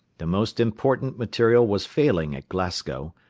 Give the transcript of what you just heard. the most important material was failing at glasgow,